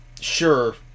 sure